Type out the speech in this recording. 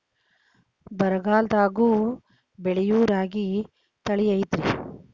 ಬರಗಾಲದಾಗೂ ಬೆಳಿಯೋ ರಾಗಿ ತಳಿ ಐತ್ರಿ?